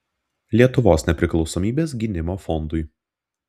lietuvos nepriklausomybės gynimo fondui